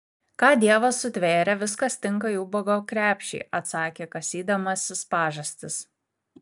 ką dievas sutvėrė viskas tinka į ubago krepšį atsakė kasydamasis pažastis